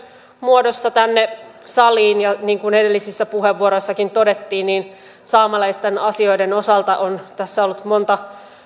muodossa tänne saliin ja niin kuin edellisissä puheenvuoroissakin todettiin saamelaisten asioiden osalta on tässä ollut monta